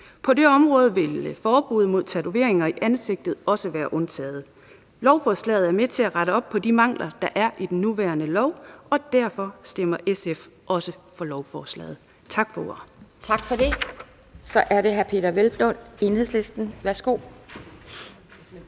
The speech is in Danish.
På det område vil forbuddet mod tatoveringer i ansigtet også være undtaget. Lovforslaget er med til at rette op på de mangler, der er i den nuværende lov, og derfor stemmer SF også for lovforslaget. Tak for ordet. Kl. 10:10 Anden næstformand (Pia